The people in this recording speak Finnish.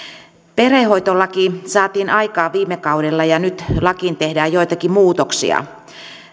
perhehoitolaki saatiin aikaan viime kaudella ja nyt lakiin tehdään joitakin muutoksia